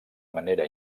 manera